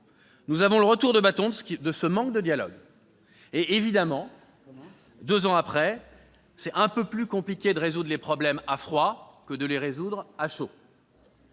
subissons le retour de bâton de ce manque de dialogue. Et, évidemment, c'est un peu plus compliqué de résoudre les problèmes à froid que de les résoudre à chaud